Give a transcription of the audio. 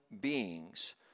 beings